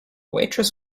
waitress